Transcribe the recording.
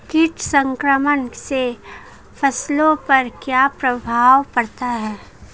कीट संक्रमण से फसलों पर क्या प्रभाव पड़ता है?